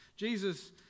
Jesus